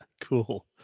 Cool